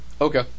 okay